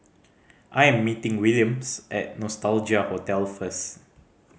I am meeting Williams at Nostalgia Hotel first